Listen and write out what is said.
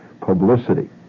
publicity